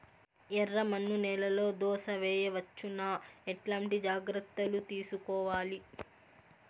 ఎర్రమన్ను నేలలో దోస వేయవచ్చునా? ఎట్లాంటి జాగ్రత్త లు తీసుకోవాలి?